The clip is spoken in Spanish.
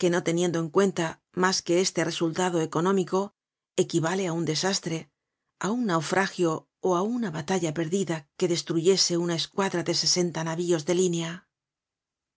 que no teniendo en cuenta mas que este resultado económico equivale á un desastre á un naufragio ó auna batalla perdida que destruyese una escuadra de sesenta navios de línea